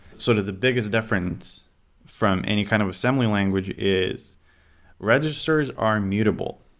sort of the biggest difference from any kind of assembly language is registers are mutable.